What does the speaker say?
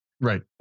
Right